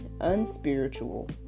unspiritual